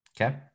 Okay